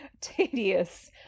tedious